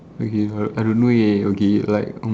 okay I I don't know leh okay like mm